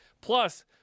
Plus